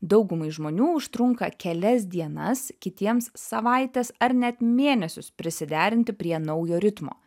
daugumai žmonių užtrunka kelias dienas kitiems savaites ar net mėnesius prisiderinti prie naujo ritmo